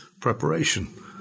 Preparation